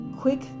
quick